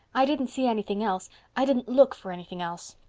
i didn't see anything else i didn't look for anything else.